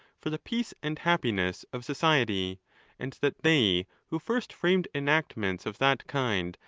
for the peace and happiness of society and that they who first framed enactments of that kind,